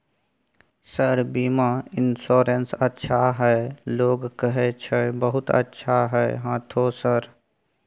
Sir बीमा insurance अच्छा है लोग कहै छै बहुत अच्छा है हाँथो सर?